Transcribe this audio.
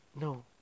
No